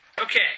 Okay